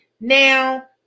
now